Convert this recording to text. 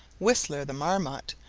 whistler the marmot,